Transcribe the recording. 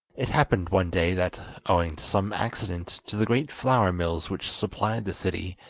it happened one day that, owing to some accident to the great flour mills which supplied the city,